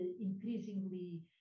increasingly